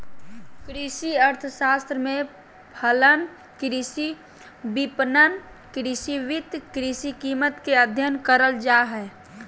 कृषि अर्थशास्त्र में फलन, कृषि विपणन, कृषि वित्त, कृषि कीमत के अधययन करल जा हइ